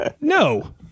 no